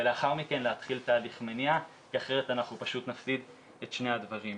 ולאחר מכן להתחיל תהליך מניעה כי אחרת אנחנו פשוט נפסיד את שני הדברים.